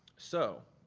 so